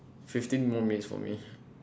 fifteen more minutes for me